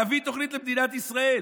תביא תוכנית למדינת ישראל.